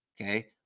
Okay